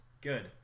Good